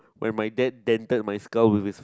my my dad dented my skull with his